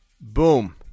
Boom